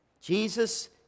Jesus